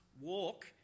walk